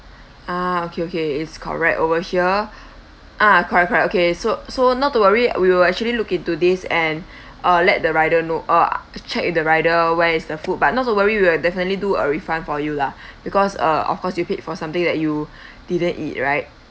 ah okay okay it's correct over here ah correct correct okay so so not to worry we will actually look into this and uh let the rider know uh check with the rider where is the food but not to worry we will definitely do a refund for you lah because uh of course you pay for something that you didn't eat right